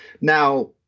Now